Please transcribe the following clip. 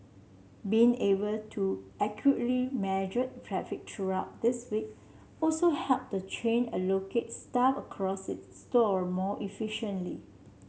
being able to accurately measure traffic throughout this week also helped the chain allocate staff across its store more efficiently